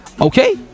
Okay